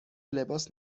لباس